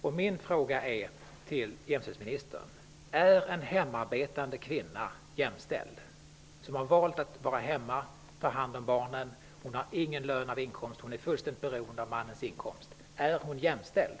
Är en hemarbetande kvinna jämställd, dvs. en kvinna som har valt att vara hemma och ta hand om barnen? Hon har ingen inkomst. Han är fullständigt beroende av mannens inkomster. Är hon jämställd?